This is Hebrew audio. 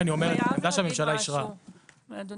אדוני,